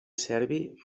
serbi